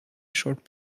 short